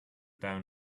down